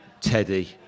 Teddy